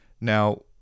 Now